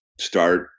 start